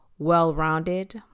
well-rounded